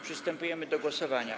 Przystępujemy do głosowania.